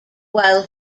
while